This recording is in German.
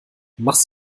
machst